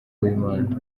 w’imana